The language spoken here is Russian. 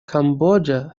камбоджа